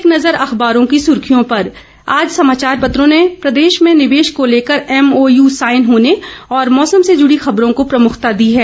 एक नज़र अखबारों की सुर्खियों पर आज समाचार पत्रों ने प्रदेश में निवेश को लेकर एमओयू साईन होने और मौसम से जुड़ी खबरों को प्रमुखता दी है